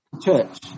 Church